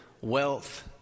wealth